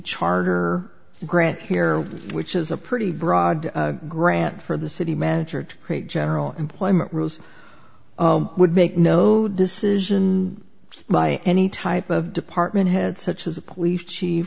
charter grant here which is a pretty broad grant for the city manager to create general employment rules would make no decision by any type of department head such as a police chief